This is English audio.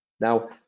Now